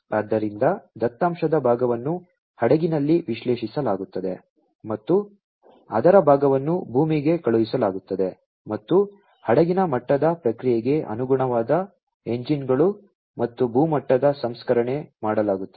ಆದ್ದರಿಂದ ದತ್ತಾಂಶದ ಭಾಗವನ್ನು ಹಡಗಿನಲ್ಲಿ ವಿಶ್ಲೇಷಿಸಲಾಗುತ್ತದೆ ಮತ್ತು ಅದರ ಭಾಗವನ್ನು ಭೂಮಿಗೆ ಕಳುಹಿಸಲಾಗುತ್ತದೆ ಮತ್ತು ಹಡಗಿನ ಮಟ್ಟದ ಪ್ರಕ್ರಿಯೆಗೆ ಅನುಗುಣವಾದ ಎಂಜಿನ್ಗಳು ಮತ್ತು ಭೂ ಮಟ್ಟದ ಸಂಸ್ಕರಣೆ ಮಾಡಲಾಗುತ್ತದೆ